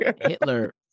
Hitler